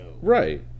Right